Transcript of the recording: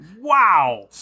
Wow